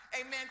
amen